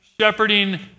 shepherding